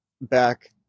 back